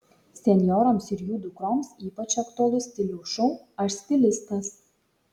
senjoroms ir jų dukroms ypač aktualus stiliaus šou aš stilistas